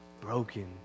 broken